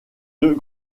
deux